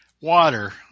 water